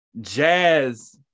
jazz